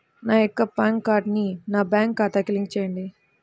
నా యొక్క పాన్ కార్డ్ని నా బ్యాంక్ ఖాతాకి లింక్ చెయ్యండి?